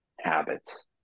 habits